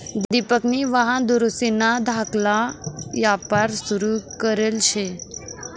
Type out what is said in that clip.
दिपकनी वाहन दुरुस्तीना धाकला यापार सुरू करेल शे